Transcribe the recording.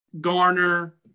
Garner